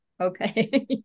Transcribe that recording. Okay